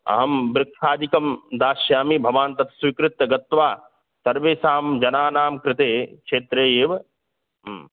अहं वृक्षादिकं दास्यामि भवान् तत् स्वीकृत्य गत्वा सर्वेषां जनानां कृते क्षेत्रे एव